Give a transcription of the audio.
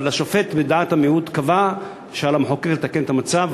אבל השופט בדעת המיעוט קבע שעל המחוקק לתקן את המצב.